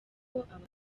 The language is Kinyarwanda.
abaturage